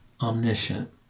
omniscient